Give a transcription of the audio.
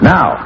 Now